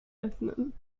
öffnen